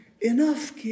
enough